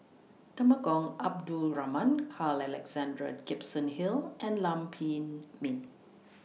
Temenggong Abdul Rahman Carl Alexander Gibson Hill and Lam Pin Min